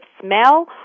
smell